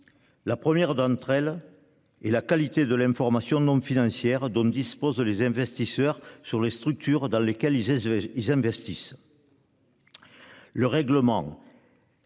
La première d'entre elles et la qualité de l'information donc financières dont disposent les investisseurs sur les structures dans lesquelles ils essaient ils investissent. Le règlement.